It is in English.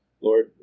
Lord